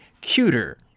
cuter